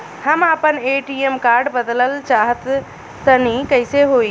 हम आपन ATM card बदलल चाह तनि कइसे होई?